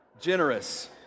Generous